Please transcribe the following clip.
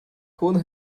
could